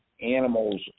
animals